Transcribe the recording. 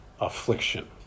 affliction